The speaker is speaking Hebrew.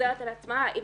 וחוזרת על עצמה עם